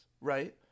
right